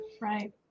right